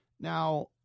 Now